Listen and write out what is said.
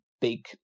big